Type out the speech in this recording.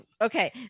Okay